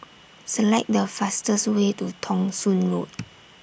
Select The fastest Way to Thong Soon Road